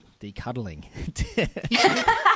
decuddling